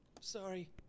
Sorry